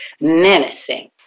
Menacing